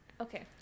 Okay